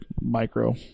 micro